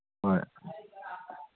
ꯍꯣꯏ